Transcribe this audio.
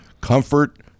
comfort